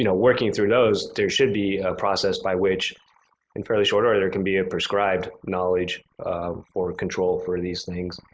you know working through those, there should be a process by which in fairly short order, there can be a prescribed knowledge for control for these things,